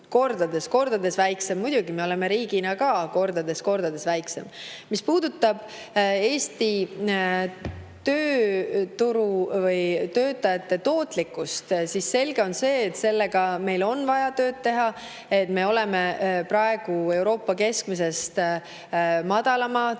kordades väiksem. Muidugi me oleme riigina ka kordades väiksem. Mis puudutab Eesti tööturu või töötajate tootlikkust, siis on selge, et sellega meil on vaja tööd teha. Meie tööjõu tootlikkus on praegu Euroopa keskmisest madalam. Meie